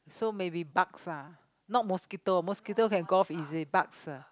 so maybe bugs lah not mosquito mosquito can go off easy bugs ah